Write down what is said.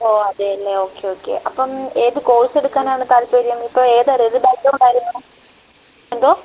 ഓ അതെ അല്ലേ okay okay അപ്പം ഏത് കോഴ്സ് എടുക്കാനാണ് താൽപ്പര്യം ഇപ്പോൾ ഏതാണ് ഏത് ബാക്ക്ഗ്രൗണ്ടായിരുന്നു എന്തോ